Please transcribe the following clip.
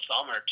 summer